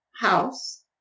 house